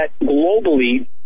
globally